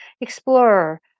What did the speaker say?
explorer